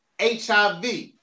hiv